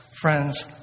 friends